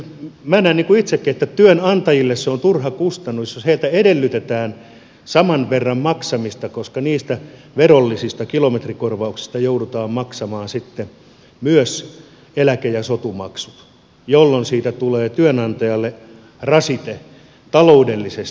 minä näen itsekin että työnantajille se on turha kustannus jos heiltä edellytetään saman verran maksamista koska niistä verollisista kilometrikorvauksista joudutaan maksamaan sitten myös eläke ja sotumaksut jolloin siitä tulee työnantajalle rasite taloudellisesti